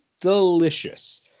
delicious